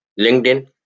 LinkedIn